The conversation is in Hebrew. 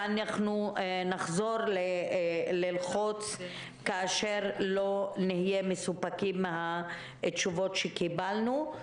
ואנחנו נחזור ללחוץ כאשר לא נהיה מסופקים מהתשובות שקיבלנו.